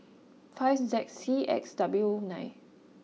five Z C X W nine